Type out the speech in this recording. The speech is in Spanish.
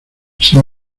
sin